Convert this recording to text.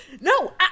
No